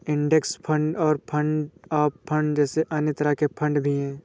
index fund और fund of fund जैसे अन्य तरह के फण्ड भी हैं